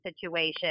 situation